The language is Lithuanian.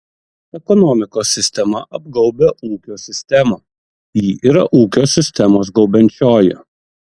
ekonomikos sistema apgaubia ūkio sistemą ji yra ūkio sistemos gaubiančioji